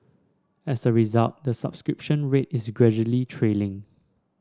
as a result the subscription rate is gradually trailing